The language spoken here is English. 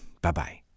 Bye-bye